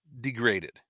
degraded